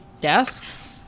desks